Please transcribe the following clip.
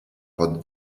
pod